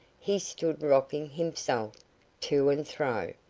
he stood rocking himself to and fro.